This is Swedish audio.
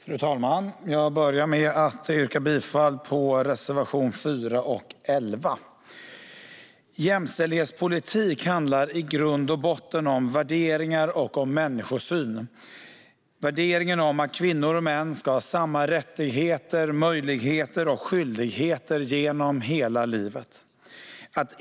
Fru talman! Jag börjar med att yrka bifall till reservationerna 4 och 11. Jämställdhetspolitik handlar i grund och botten om värderingar och människosyn och om att kvinnor och män ska ha samma rättigheter, möjligheter och skyldigheter genom hela livet.